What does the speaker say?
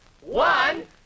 one